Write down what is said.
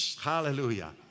Hallelujah